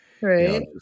right